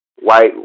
White